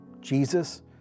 Jesus